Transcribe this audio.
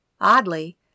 Oddly